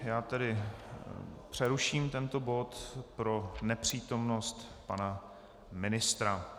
Já tedy přeruším tento bod pro nepřítomnost pana ministra.